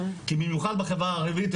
במיוחד בחברה הערבית.